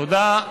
תודה.